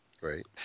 Right